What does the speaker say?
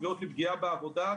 תביעות לפגיעה בעבודה,